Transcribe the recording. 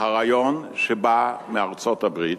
הרעיון שבא מארצות-הברית,